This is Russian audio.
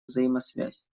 взаимосвязь